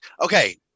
Okay